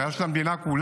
היא בעיה של המדינה כולה,